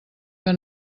que